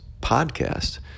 podcast